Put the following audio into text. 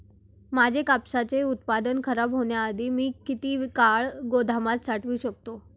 माझे कापसाचे उत्पादन खराब होण्याआधी मी किती काळ गोदामात साठवू शकतो?